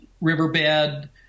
riverbed